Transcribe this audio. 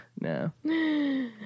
No